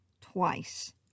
twice